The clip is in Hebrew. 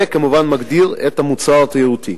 וכמובן, מגדיר את המוצר התיירותי.